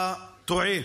אתה טועה,